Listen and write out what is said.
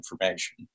information